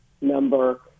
number